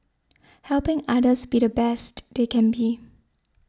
helping others be the best they can be